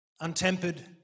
untempered